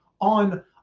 on